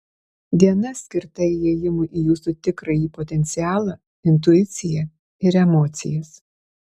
diena skirta įėjimui į jūsų tikrąjį potencialą intuiciją ir emocijas